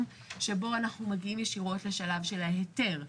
שבו אנחנו מגיעים ישירות לשלב של ההיתר,